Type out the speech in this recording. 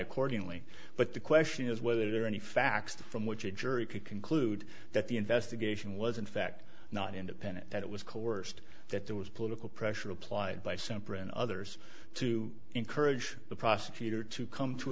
accordingly but the question is whether there are any facts from which a jury could conclude that the investigation was in fact not independent that it was coerced that there was political pressure applied by sempron others to encourage the prosecutor to come to